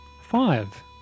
Five